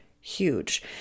huge